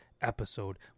episode